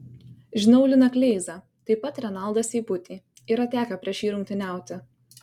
žinau liną kleizą taip pat renaldą seibutį yra tekę prieš jį rungtyniauti